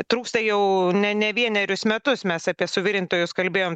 trūksta jau ne ne vienerius metus mes apie suvirintojus kalbėjom